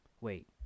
Wait